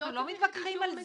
אנחנו לא מתווכחים על זה.